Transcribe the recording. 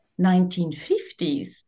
1950s